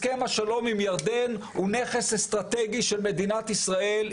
הסכם השלום עם ירדן הוא נכס אסטרטגי של מדינת ישראל.